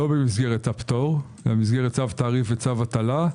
במסגרת הפטור אלא במסגרת צו תעריף וצו הטלה.